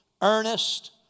earnest